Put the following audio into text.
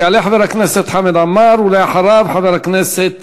יעלה חבר הכנסת חמד עמאר, ואחריו, חבר הכנסת